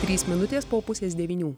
trys minutės po pusės devynių